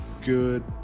good